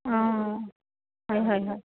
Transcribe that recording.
অ হয় হয়